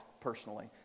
personally